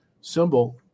symbol